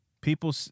people